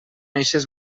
eixes